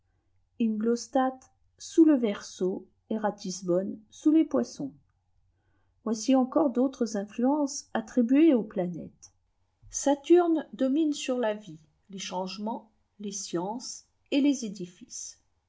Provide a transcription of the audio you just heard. sous le verseau et ratisbonne sous les poissons voici encore d'autres influences attribuées aux planètes saturne domine sur la vie les changements les sciences et les édifices